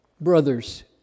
Brothers